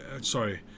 sorry